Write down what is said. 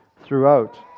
throughout